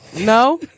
No